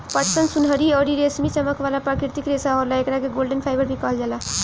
पटसन सुनहरा अउरी रेशमी चमक वाला प्राकृतिक रेशा होला, एकरा के गोल्डन फाइबर भी कहल जाला